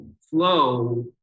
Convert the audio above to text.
Flow